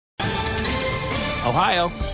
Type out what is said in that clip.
Ohio